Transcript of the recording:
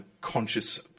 conscious